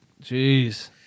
Jeez